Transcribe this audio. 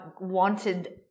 wanted